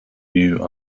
knew